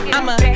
I'ma